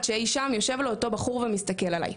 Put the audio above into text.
שאי שם יושב לו אותו בחור ומסתכל עליי.